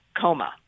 coma